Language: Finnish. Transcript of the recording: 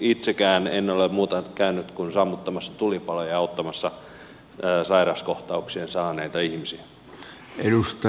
itsekään en ole muuta käynyt kuin sammuttamassa tulipaloja ja auttamassa sairaskohtauksia saaneita ihmisiä